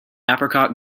apricot